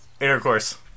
intercourse